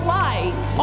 light